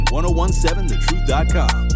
1017thetruth.com